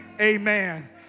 Amen